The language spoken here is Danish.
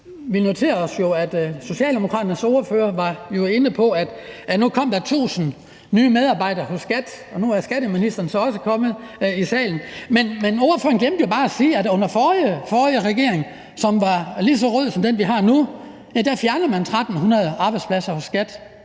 Vi noterede os jo, at Socialdemokraternes ordfører var inde på, at nu kommer der tusind nye medarbejdere hos SKAT, og nu er skatteministeren så også kommet i salen, men ordføreren glemte bare at sige, at før den forrige regering – en regering, som var lige så rød som den, vi har nu – fjernede man 1.300 arbejdspladser hos SKAT,